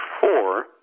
four